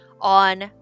on